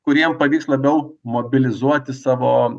kuriem pavyks labiau mobilizuoti savo